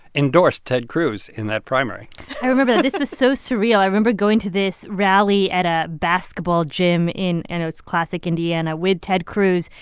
endorsed ted cruz in that primary i remember that this was so surreal. i remember going to this rally at a basketball gym in and it was classic indiana with ted cruz.